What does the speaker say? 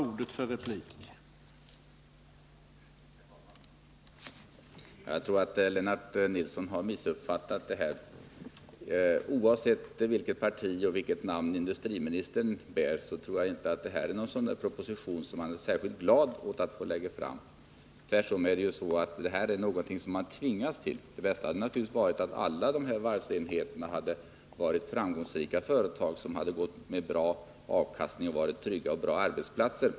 Herr talman! Jag tror att Lennart Nilsson har missuppfattat det här. Oavsett vilket parti industriministern tillhör och oavsett vilket namn han bär, så tror jag inte att den här propositionen är någonting som en industriminister är särskilt glad över att lägga fram. Tvärtom är det ju så att detta är något som han har tvingats till. Det bästa hade naturligtvis varit om alla våra varvsenheter varit framgångsrika företag som givit bra avkastning och varit trygga och bra arbetsplatser.